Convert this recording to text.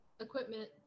Equipment